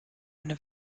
eine